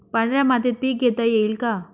पांढऱ्या मातीत पीक घेता येईल का?